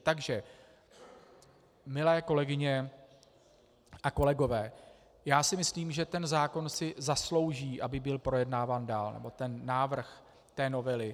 Takže milé kolegyně a kolegové, já si myslím, že ten zákon si zaslouží, aby byl projednáván dál, návrh té novely.